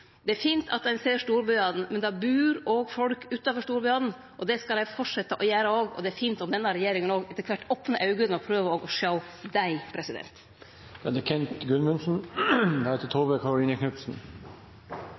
Det er fint at ein ser storbyane, men det bur òg folk utanfor storbyane. Det skal dei fortsetje å gjere, og det er fint om denne regjeringa òg etter kvart opnar auga og prøver å sjå dei.